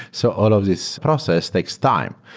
so all of this process takes time.